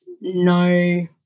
no